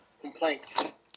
complaints